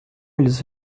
ils